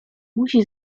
musi